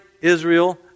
Israel